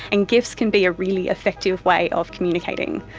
and gifs can be a really effective way of communicating.